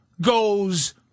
goes